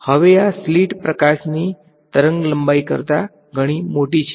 હવે આ સ્લિટ પ્રકાશની તરંગ લંબાઈ કરતાં ઘણી મોટી છે